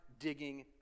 digging